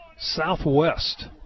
southwest